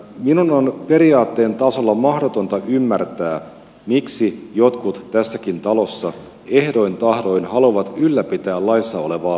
minun on periaatteen tasolla mahdotonta ymmärtää miksi jotkut tässäkin talossa ehdoin tahdoin haluavat ylläpitää laissa olevaa porsaanreikää